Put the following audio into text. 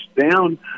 down